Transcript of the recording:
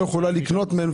לא יכולה לקנות מהם,